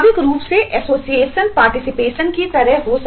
स्वाभाविक रूप से एसोसिएशनना हो